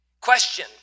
Question